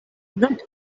not